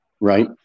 Right